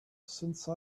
since